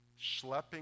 schlepping